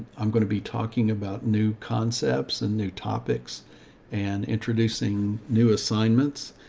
i'm going to be talking about new concepts and new topics and introducing new assignments.